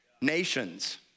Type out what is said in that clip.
nations